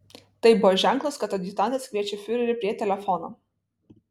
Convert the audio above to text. tai buvo ženklas kad adjutantas kviečia fiurerį prie telefono